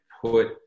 put